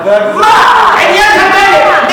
חבר הכנסת טיבי, עניין הדלק.